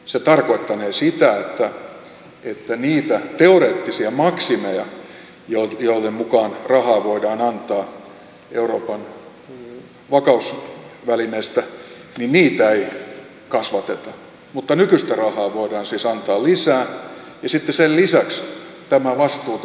se tarkoittanee sitä että niitä teoreettisia maksimeja joiden mukaan rahaa voidaan antaa euroopan vakausvälineestä ei kasvateta mutta nykyistä rahaa voidaan siis antaa lisää ja sitten sen lisäksi nämä vastuut eivät kasva